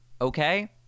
Okay